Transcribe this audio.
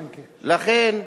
לכן,